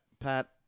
Pat